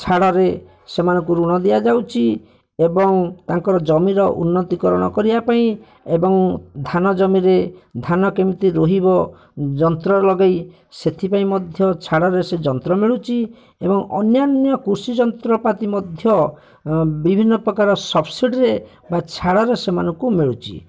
ଛାଡ଼ରେ ସେମାନଙ୍କୁ ଋଣ ଦିଆଯାଉଛି ଏବଂ ଟଙ୍କାର ଜମି ର ଉନ୍ନତିକରଣ କରିବା ପାଇଁ ଏବଂ ଧାନ ଜମିରେ ଧାନ କେମିତି ରହିବ ଯନ୍ତ୍ର ଲଗେଇ ସେଥିପାଇଁ ମଧ୍ୟ ଛାଡ଼ରେ ସେ ଯନ୍ତ୍ର ମିଳୁଛି ଏବଂ ଅନ୍ୟାନ୍ୟ କୃଷି ଯନ୍ତ୍ରପାତି ମଧ୍ୟ ଅଁ ବିଭିନ୍ନ ପ୍ରକାର ସବ୍ସିଡ଼୍ରେ ବା ଛାଡ଼ରେ ସେମାନଙ୍କୁ ମିଳୁଛି